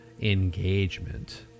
engagement